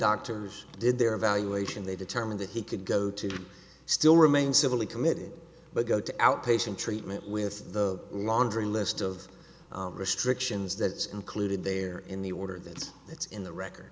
doctors did their evaluation they determined that he could go to still remain civil he committed but go to outpatient treatment with the laundry list of restrictions that included there in the order that it's in the record